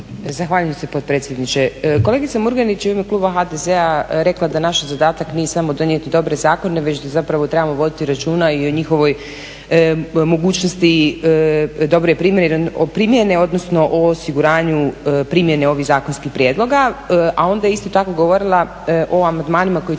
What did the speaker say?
Zahvaljujem se potpredsjedniče. Kolegica Murganić, u ime kluba HDZ-a rekla da naš zadatak nije samo donijeti dobre zakone već da zapravo trebamo voditi računa i o njihovoj mogućnosti dobre primjene odnosno o osiguranju primjene ovih zakonskih prijedloga, a onda je isto tako govorila o amandmanima koje će